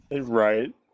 Right